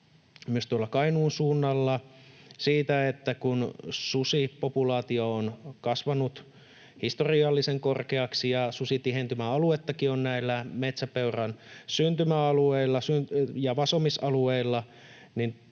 myös tuolla Kainuun suunnalla siitä, että susipopulaatio on kasvanut historiallisen korkeaksi ja susitihentymäaluettakin on näillä metsäpeuran syntymäalueilla ja vasomisalueilla,